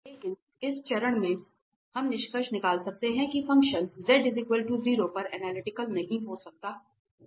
लेकिन इस चरण में हम निष्कर्ष निकाल सकते हैं कि फ़ंक्शन z 0 पर एनालिटिकल नहीं हो सकता है